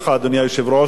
אדוני היושב-ראש,